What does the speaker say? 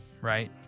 Right